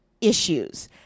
issues